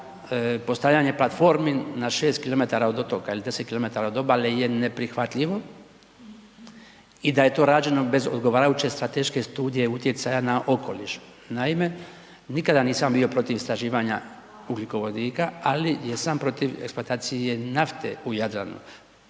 da postavljanje platformi na 6 km od otoka ili 10 km od obale je neprihvatljivo i da je to rađeno bez odgovarajuće strateške studije utjecaja na okoliš. Naime, nikada nisam bio protiv istraživanja ugljikovodika ali jesam protiv eksploatacije nafte u Jadranu.